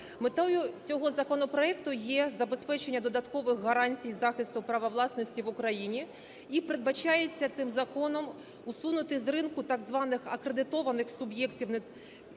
Метою цього законопроекту є забезпечення додаткових гарантій захисту права власності в Україні і передбачається цим законом усунути з ринку так званих акредитованих суб'єктів